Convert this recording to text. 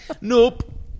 Nope